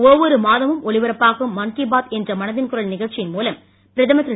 ஒவ்வொரு மாதமும் ஒலிபரப்பாகும் மன் கி பாத் என்ற மனதின் குரல் நிகழ்ச்சியின் மூலம் பிரதமர் திரு